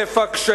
כאן, חרף הקשיים